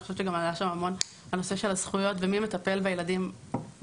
אני חושבת שעלה שם המון גם הנושא של הזכויות ומי מטפל בילדים בקהילה.